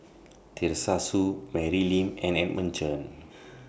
Teresa Hsu Mary Lim and Edmund Chen